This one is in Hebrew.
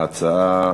ההצעה,